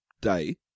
day